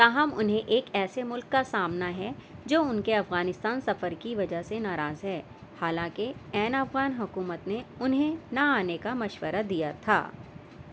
تاہم انہیں ایک ایسے ملک کا سامنا ہے جو ان کے افغانستان سفر کی وجہ سے ناراض ہے حالانکہ عین افغان حکومت نے انہیں نہ آنے کا مشورہ دیا تھا